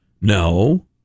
No